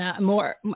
more